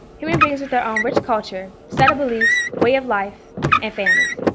human beings with their own rich culture, set of beliefs, way of life and families.